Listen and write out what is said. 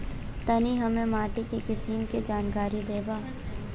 तनि हमें माटी के किसीम के जानकारी देबा?